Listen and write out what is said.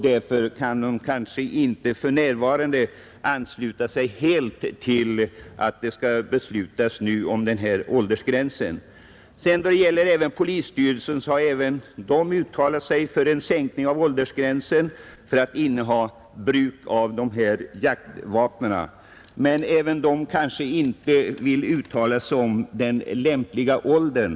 Därför kan verket kanske inte för närvarande helt ansluta sig till att det nu skall beslutas om denna åldersgräns. Även rikspolisstyrelsen har uttalat sig för en sänkning av åldergränsen för innehav av detta jaktvapen, Men inte heller rikspolisstyrelsen vill direkt uttala sig om den lämpliga åldern.